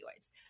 opioids